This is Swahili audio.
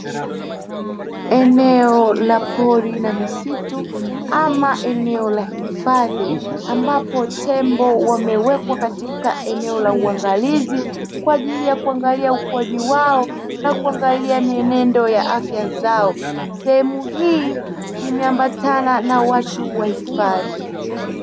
Eneo la pori na misitu ama eneo la hifadhi ambapo tembo wamewekwa katika eneo la uangalizi, kwaajili ya kuangalia ukuaji wao na kuangalia mienendo ya afya zao sehemu hii imeambatana na watu wa hifadhi.